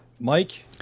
Mike